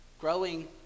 growing